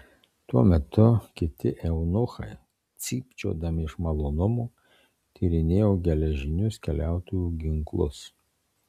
tuo metu kiti eunuchai cypčiodami iš malonumo tyrinėjo geležinius keliautojų ginklus